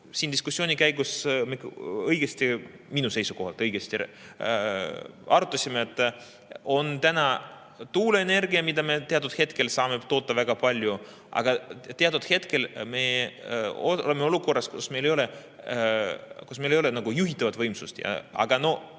siin diskussiooni käigus õigesti – minu seisukohalt õigesti – arutasime, on täna tuuleenergia, mida me teatud hetkel saame toota väga palju, aga teatud hetkel me oleme olukorras, kus meil ei ole juhitavat võimsust. Aga no